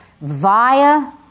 via